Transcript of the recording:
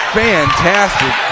fantastic